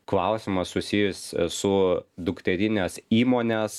klausimas susijęs su dukterinės įmonės